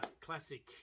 Classic